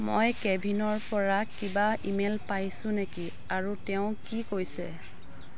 মই কেভিনৰপৰা কিবা ই মেইল পাইছোঁ নেকি আৰু তেওঁ কি কৈছে